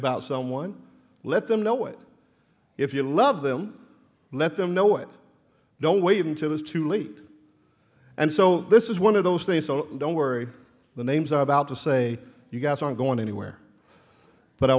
about someone let them know it if you love them let them know what don't wait until it's too late and so this is one of those things so don't worry the names are about to say you guys aren't going anywhere but i